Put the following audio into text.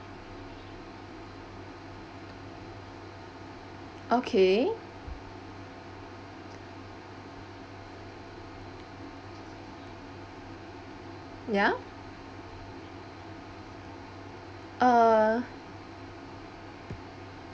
okay ya uh